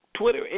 Twitter